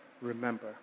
remember